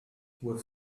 with